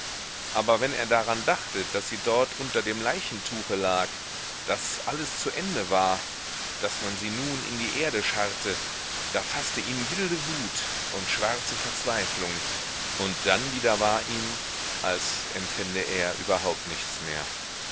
aber wenn er daran dachte daß sie dort unter dem leichentuche lag daß alles zu ende war daß man sie nun in die erde scharrte da faßte ihn wilde wut und schwarze verzweiflung und dann wieder war ihm als empfände er überhaupt nichts mehr